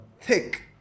thick